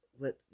let